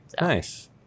Nice